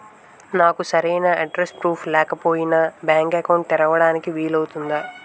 నాకు సరైన address proof లేకపోయినా బ్యాంక్ అకౌంట్ తెరవడానికి వీలవుతుందా?